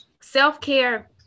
self-care